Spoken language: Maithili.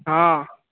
हॅं